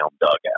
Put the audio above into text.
dugout